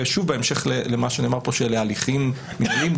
ושוב, בהמשך למה שנאמר פה, שאלה הליכים מינהליים.